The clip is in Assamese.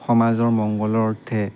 সমাজৰ মংগলৰ অৰ্থে